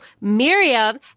Miriam